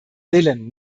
willen